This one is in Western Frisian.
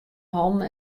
hannen